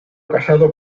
casado